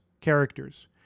characters